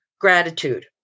Gratitude